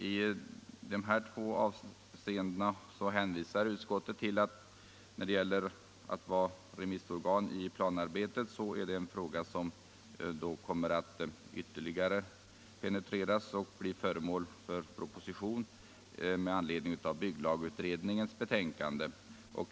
I de här två avseendena hänvisar utskottet till att när det gäller möjligheterna att vara remissorgan i planarbetet så är det en fråga som kommer att ytterligare penetreras och bli föremål för proposition med anledning av bygglagutredningens betänkande.